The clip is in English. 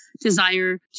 desire